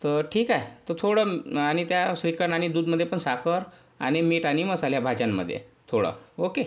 तर ठीक आहे तो थोडा आणि त्या श्रीखंड आणि दूधमध्ये पण साखर आणि मीठ आणि मसाला भाज्यांमध्ये थोडा ओके